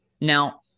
Now